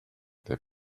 their